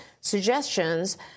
suggestions